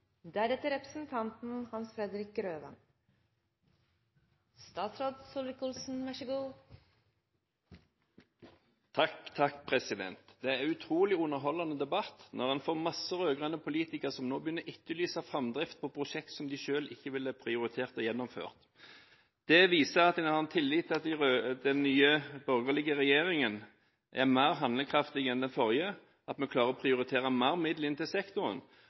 utrolig underholdende debatt når en hører mange rød-grønne politikere som nå begynner å etterlyse framdriften på prosjekter som de selv ikke ville prioritert og gjennomført. Det viser at en har tillit til at den nye, borgerlige regjeringen er mer handlekraftig enn den forrige, at vi klarer å prioritere mer midler inn til sektoren.